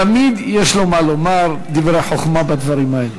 תמיד יש לו מה לומר, דברי חוכמה, בדברים האלה.